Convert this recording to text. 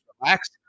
relax